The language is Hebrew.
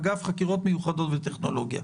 אגף חקירות מיוחדות וטכנולוגיה.